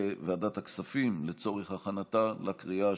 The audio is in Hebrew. לוועדת הכספים, נתקבלה.